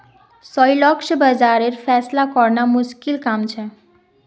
सही लक्ष्य बाज़ारेर फैसला करना मुश्किल काम छे